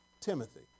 Timothy